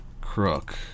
crook